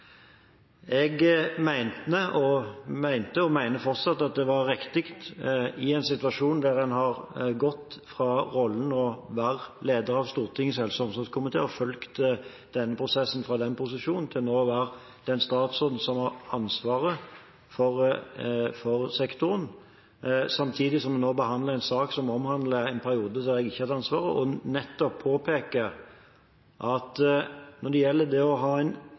og mener fortsatt, at det var riktig, i en situasjon der jeg har gått fra rollen som leder av Stortingets helse- og omsorgskomité og har fulgt den prosessen fra den posisjonen, til nå å være den statsråden som har ansvaret for sektoren – samtidig som en nå behandler en sak som omhandler en periode hvor jeg ikke hadde ansvaret – nettopp å påpeke at når det gjelder det å ha en